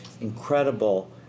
incredible